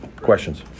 Questions